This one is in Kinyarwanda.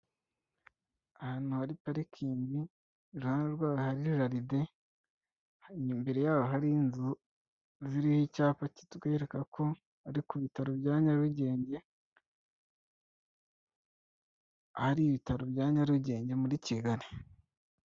Ahantu hari parikingi iruhande rwaho hari jaride imbere yabo hari inzu ziriho icyapa kitwereka ko ari ku bitaro bya Nyarugenge, ahari ibitaro bya Nyarugenge muri Kigali.